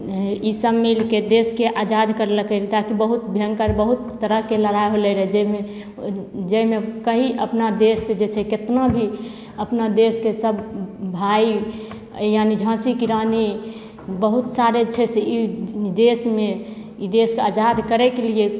ई सभ मिलके देशके आजाद करेलकय ताकि बहुत भयङ्कर बहुत तरहके लड़ाइ होले रहय जैमे जैमे कइ अपना देशके जे छै केतनो भी अपना देशके सभ भाय यानि झाँसी की रानी बहुत सारे छै से ई देशमे ई देशके आजाद करयके लिए